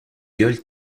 gueule